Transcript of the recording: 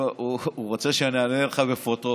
הוא לא, הוא רוצה שאני אענה לך בפרוטרוט.